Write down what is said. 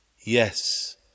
Yes